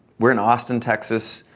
we're in austin, texas,